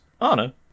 Anna